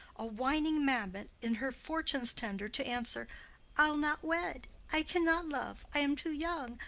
a whining mammet, in her fortune's tender, to answer i'll not wed, i cannot love i am too young,